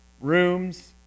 rooms